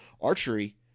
archery